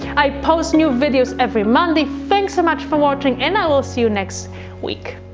i post new videos every monday. thanks so much for watching and i will see you next week.